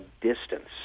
distance